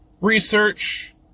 Research